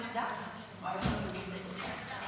בבקשה, גברתי.